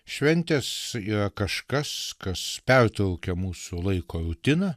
šventės yra kažkas kas pertraukia mūsų laiko rutiną